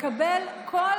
כמה אתם לא מבינים את החיים.